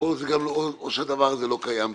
או שהדבר הזה לא קיים בכלל.